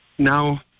Now